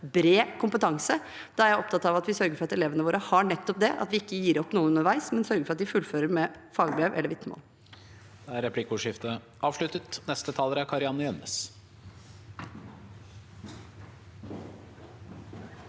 bred kompetanse. Da er jeg opptatt av at vi sørger for at elevene våre har nettopp det, at vi ikke gir opp noen underveis, men sørger for at de fullfører med fagbrev eller vitnemål.